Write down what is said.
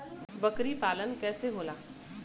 बकरी पालन कैसे होला?